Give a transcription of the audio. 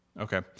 Okay